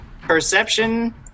perception